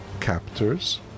captors